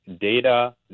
data